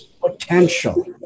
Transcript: potential